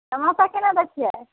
समोसा केना दय छियै